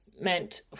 meant